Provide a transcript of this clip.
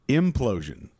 implosion